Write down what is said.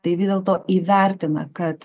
tai vis dėlto įvertina kad